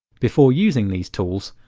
before using these tools,